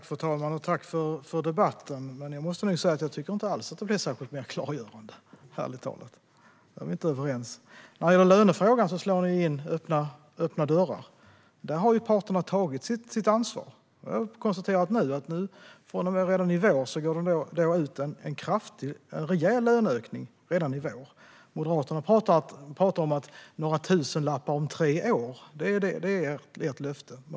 Fru talman! Tack för debatten! Jag måste säga att jag ärligt talat inte alls tycker att det blev särskilt mycket mer klargörande. Där är vi inte överens. När det gäller lönefrågan slår man in öppna dörrar. Där har parterna tagit sitt ansvar. Jag konstaterar att det redan i vår blir en rejäl löneökning. Moderaterna pratar om några tusenlappar om tre år - det är deras löfte.